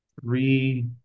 three